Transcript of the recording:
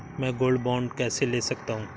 मैं gold bond कैसे ले सकता हूँ?